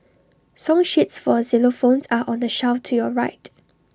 song sheets for xylophones are on the shelf to your right